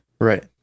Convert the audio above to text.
Right